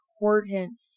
important